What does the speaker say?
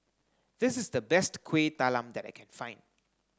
this is the best Kuih Talam that I can find